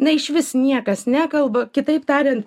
na išvis niekas nekalba kitaip tariant